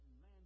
man